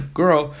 girl